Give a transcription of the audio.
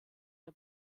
der